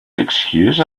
excuse